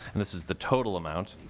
and this is the total amount.